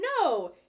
no